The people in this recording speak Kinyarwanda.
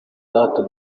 data